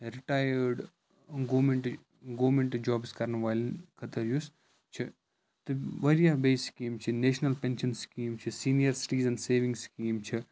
retired government government jobs کرَن والٮ۪ن خٲطرٕ یُس چھِ تہٕ واریاہ بیٚیہِ سِکیٖم چھِ نیشنَل پٮ۪نشَن سِکیٖم چھِ سیٖنِیَر سِٹِیٖزَن سیوِنٛگ سِکیٖم چھِ